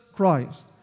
Christ